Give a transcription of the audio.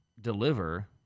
deliver